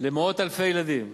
למאות אלפי ילדים.